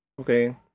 okay